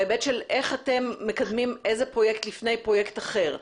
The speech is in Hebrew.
בהיבט של איך אתם מקדמים איזה פרויקט לפני פרויקט אחר,